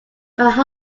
heart